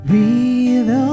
Breathe